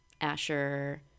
Asher